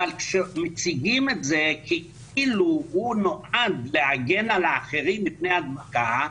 אבל כשמציגים את זה כאילו הוא נועד להגן על האחרים מפני הדבקה,